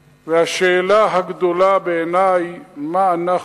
השאלה הגדולה בעיני היא, מה אנחנו עושים